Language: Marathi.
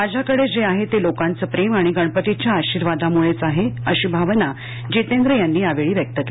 माझ्याकडे जे आहे ते लोकाचं प्रेम आणि गणपतीच्या आशिर्वादामुळेच आहे अशी भावना जितेंद्र यांनी यावेळी व्यक्त केली